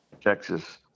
Texas